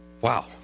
Wow